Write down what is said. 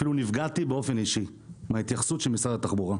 אפילו נפגעתי באופן אישי מההתייחסות של משרד התחבורה.